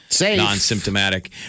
non-symptomatic